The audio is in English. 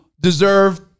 deserve